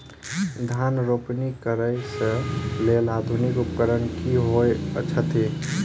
धान रोपनी करै कऽ लेल आधुनिक उपकरण की होइ छथि?